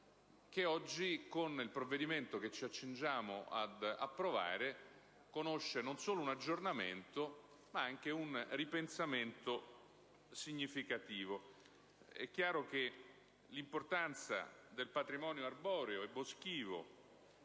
che oggi con il provvedimento che ci accingiamo ad approvare, conosce non solo un aggiornamento ma anche un ripensamento significativo. È chiaro che l'importanza del patrimonio arboreo e boschivo